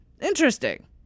Interesting